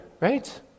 right